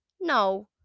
No